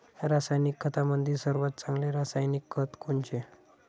रासायनिक खतामंदी सर्वात चांगले रासायनिक खत कोनचे?